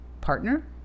Partner